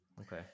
Okay